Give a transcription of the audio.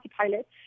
pilot